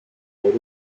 por